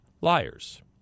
liars